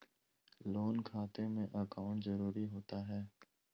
Loan खाते में account जरूरी होता है?